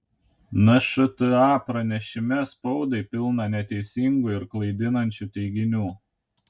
nšta pranešime spaudai pilna neteisingų ir klaidinančių teiginių